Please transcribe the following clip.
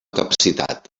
capacitat